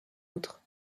autre